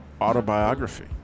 Autobiography